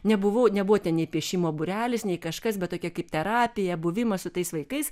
nebuvau nebuvo ten nei piešimo būrelis nei kažkas bet tokia kaip terapija buvimas su tais vaikais